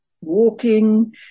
walking